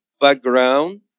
background